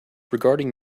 regarding